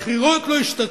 בבחירות לא ישתתפו.